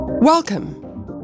welcome